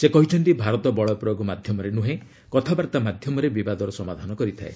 ସେ କହିଛନ୍ତି ଭାରତ ବଳପ୍ରୟୋଗ ମାଧ୍ୟମରେ ନୁହେଁ କଥାବାର୍ତ୍ତା ମାଧ୍ୟମରେ ବିବାଦର ସମାଧାନ କରିଥାଏ